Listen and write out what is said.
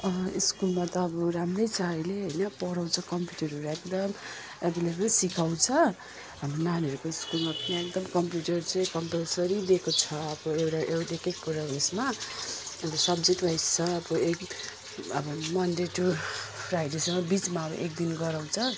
स्कुलमा त अब राम्रै छ अहिले हैन पढाउँछ कम्प्युटरहरू एकदम एभेलेबल सिकाउँछ हाम्रो नानीहरूको स्कुलमा पनि एकदम कम्प्युटर चाहिँ कम्पल्सरी दिएको छ अब एउटा एउटाकै कुरा उसमा अब सब्जेक्ट वाइज छ अब अब मनडे टु फ्राइडेसम्म बिचमा एकदिन गराउँछ